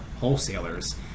wholesalers